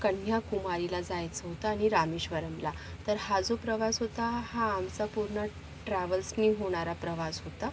कन्याकुमारीला जायचं होतं आणि रामेश्वरमला तर हा जो प्रवास होता हा आमचा पूर्ण ट्रॅव्हल्सनी होणारा प्रवास होता